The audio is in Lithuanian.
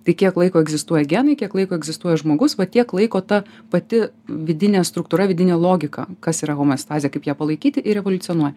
tai kiek laiko egzistuoja genai kiek laiko egzistuoja žmogus va tiek laiko ta pati vidinė struktūra vidinė logika kas yra homeostazė kaip ją palaikyti ir evoliucionuoja